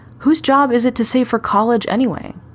whose job is it to save for college anyway?